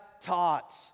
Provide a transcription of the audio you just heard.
taught